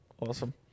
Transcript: awesome